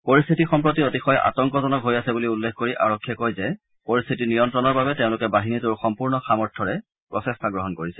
পৰিস্থিতি সম্প্ৰতি অতিশয় আতংকজনক হৈ আছে বুলি উল্লেখ কৰি আৰক্ষীয়ে কয় যে পৰিস্থিতি নিয়ন্ত্ৰণৰ বাবে তেওঁলোকে বাহিনীটোৰ সম্পূৰ্ণ সামৰ্থ্যৰে প্ৰচেষ্টা গ্ৰহণ কৰিছে